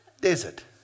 Desert